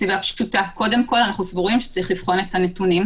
מסיבה פשוטה: קודם כל אנחנו חושבים שצריך לבחון את הנתונים.